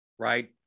Right